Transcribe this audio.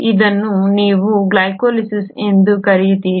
ಇದನ್ನು ನೀವು ಗ್ಲೈಕೋಲಿಸಿಸ್ ಎಂದು ಕರೆಯುತ್ತೀರಿ